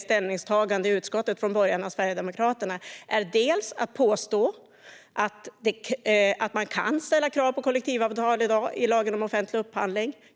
ställningstagandet i utskottet från borgarna och Sverigedemokraterna egentligen handlar om är att påstå att man i dag kan ställa krav på kollektivavtal enligt lagen om offentlig upphandling.